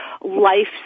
life